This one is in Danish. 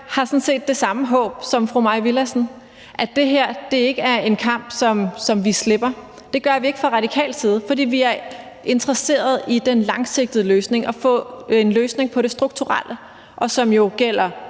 har sådan set det samme håb som fru Mai Villadsen, nemlig at det her ikke er en kamp, som vi slipper. Det gør vi ikke fra radikal side, for vi er interesserede i den langsigtede løsning og at få en løsning i forhold til det strukturelle, hvilket gælder